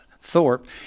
Thorpe